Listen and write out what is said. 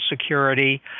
Security